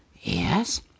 yes